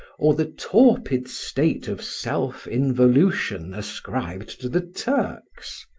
or the torpid state of self involution ascribed to the turks.